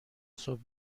صبح